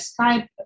Skype